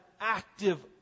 active